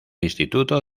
instituto